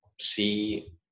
see